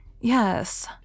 Yes